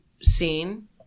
seen